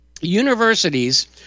Universities